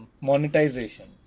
monetization